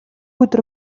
өдөр